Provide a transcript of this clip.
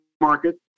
market